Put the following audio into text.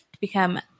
become